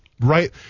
right